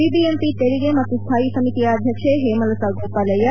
BBMP ತೆರಿಗೆ ಮತ್ತು ಸ್ಥಾಯಿ ಸಮಿತಿಯ ಅಧ್ಯಕ್ಷೆ ಹೇಮಲತಾ ಗೋಪಾಲಯ್ಲ